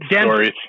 stories